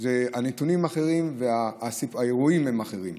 הנתונים אחרים והאירועים הם אחרים.